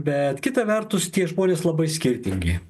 bet kita vertus tie žmonės labai skirtingi